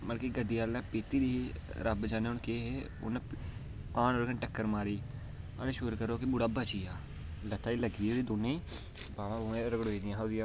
ते मतलब की गड्डी आह्ले पीती दी ही रब्ब जाने केह् ते ओह्दे कन्नै टक्कर मारी ऐहीं शुक्र करो मुड़ा बची गेआ लत्ता गी लग्गी दी दौनीं बाह्मां रगड़ोई गेदियां हियां शुक्र करो बची गेआ